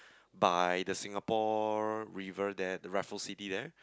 by the Singapore River there the Raffles City there